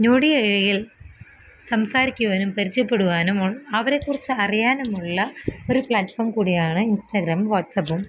ഞൊടിയെഴയിൽ സംസാരിക്കുവാനും പരിചയപ്പെടുവാനും അവരെക്കുറിച്ച് അറിയാനുമുള്ള ഒരു പ്ലാറ്റ്ഫോമ് കൂടിയാണ് ഇൻസ്റ്റഗ്രാമും വാട്സപ്പും